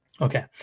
Okay